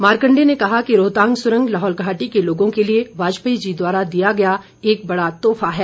मारकंडा ने कहा कि रोहतांग सुरंग लाहौल घाटी के लोगों के लिए वाजपेयी जी द्वारा दिया गया एक बड़ा तोहफा है